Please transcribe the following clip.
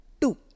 Two